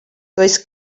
does